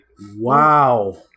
Wow